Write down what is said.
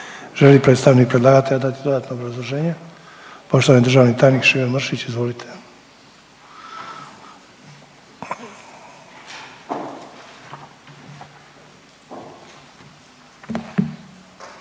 li predstavnik predlagatelja dati dodatno obrazloženje? Poštovani državni tajnik Šime Mršić, izvolite.